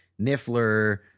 Niffler